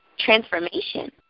transformation